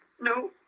No